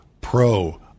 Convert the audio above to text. pro